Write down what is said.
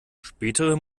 spätere